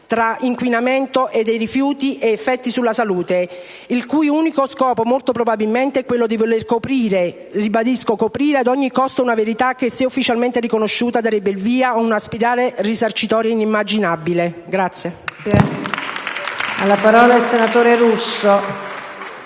tra inquinamento da rifiuti ed effetti sulla salute, il cui unico scopo, molto probabilmente, è quello di voler coprire - ribadisco, coprire - ad ogni costo una verità che, se ufficialmente riconosciuta, darebbe il via a una spirale risarcitoria inimmaginabile.